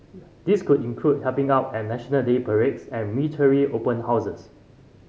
this could include helping out at National Day parades and military open houses